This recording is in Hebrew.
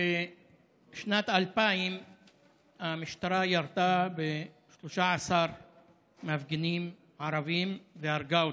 בשנת 2000 המשטרה ירתה ב-13 מפגינים ערבים והרגה אותם,